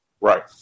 Right